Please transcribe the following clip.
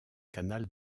canal